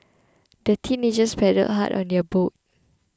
the teenagers paddled hard on their boat